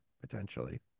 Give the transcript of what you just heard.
potentially